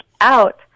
out